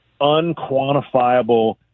unquantifiable